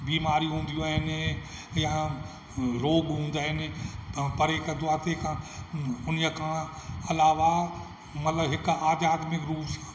बीमारियूं हूंदियूं आहिनि या रोगु हूंदा आहिनि खां परे कंदो आहे उन खां अलावा मतिलबु हिकु आज़ाद